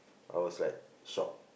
I was like shocked